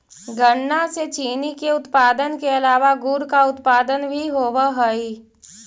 गन्ना से चीनी के उत्पादन के अलावा गुड़ का उत्पादन भी होवअ हई